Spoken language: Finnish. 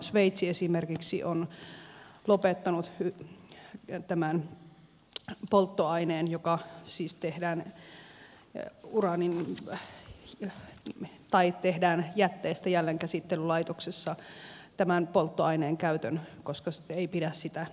sveitsi esimerkiksi on lopettanut tämän polttoaineen käytön joka siis tehdään jätteestä jälleenkäsittelylaitoksessa koska ei pidä sitä kestävänä